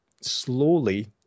slowly